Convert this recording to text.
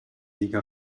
liga